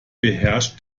beherrscht